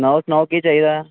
सनाओ सनाओ केह् चाहिदा